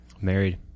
Married